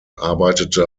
arbeitete